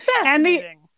fascinating